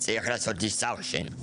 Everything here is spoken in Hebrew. צריך לעשות לי suction,